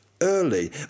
early